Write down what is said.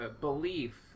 belief